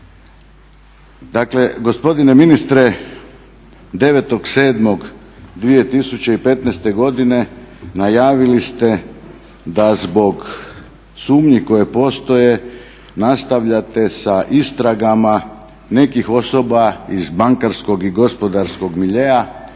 Dakle, gospodine ministre 9.07.2015. godine najavili ste da zbog sumnji koje postoje nastavljate sa istragama nekih osoba iz bankarskog i gospodarskog miljea,